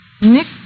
Nick